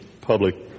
public